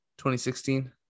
2016